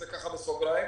זה בסוגריים,